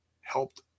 helped